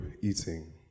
eating